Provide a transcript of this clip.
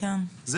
זה